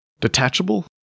Detachable